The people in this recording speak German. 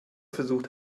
versucht